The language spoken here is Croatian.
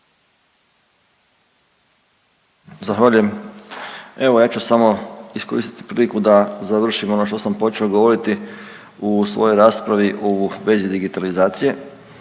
Zahvaljujem, evo ja ću samo iskoristiti priliku da završim ono što sam počeo govoriti u svojoj raspravi u vezi digitalizacije